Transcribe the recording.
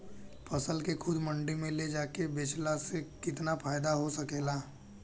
फसल के खुद मंडी में ले जाके बेचला से कितना फायदा हो सकेला?